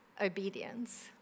obedience